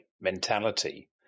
mentality